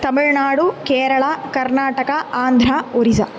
Tamil Nadu Kerala Karnataka Andhra Orissa